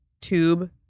tube